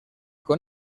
con